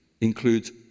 includes